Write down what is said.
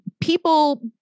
people